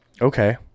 Okay